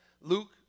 Luke